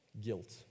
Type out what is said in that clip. guilt